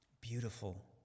beautiful